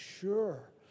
sure